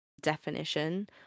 definition